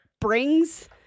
brings